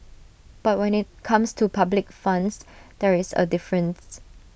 but when IT comes to public funds there is A difference